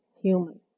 human